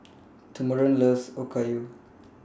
Thurman loves Okayu